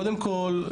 קודם כל,